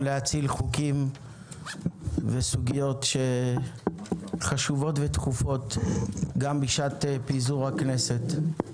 להציל חוקים וסוגיות שהן חשובות ודחופות גם בשעת פיזור הכנסת.